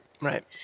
Right